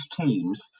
teams